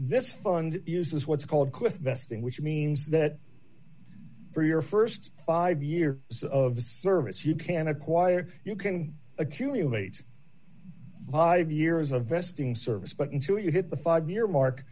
this fund uses what's called vesting which means that for your st five years of service you can acquire you can accumulate five years of vesting service but until you hit the five year mark